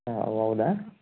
ಹಾಂ ಹೌದಾ